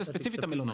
זה ספציפית המלונות.